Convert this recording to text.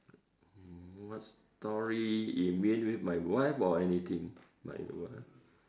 mm what story you mean with my wife or anything my wife